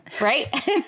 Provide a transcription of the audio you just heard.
Right